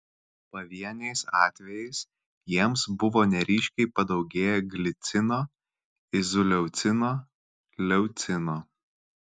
pavieniais atvejais jiems buvo neryškiai padaugėję glicino izoleucino leucino